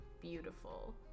Beautiful